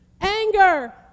anger